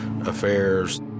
affairs